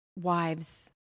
wives